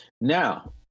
Now